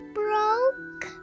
broke